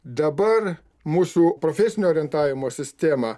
dabar mūsų profesinio orientavimo sistema